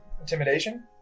intimidation